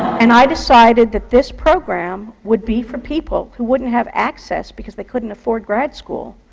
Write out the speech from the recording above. and i decided that this program would be for people who wouldn't have access, because they couldn't afford grad school,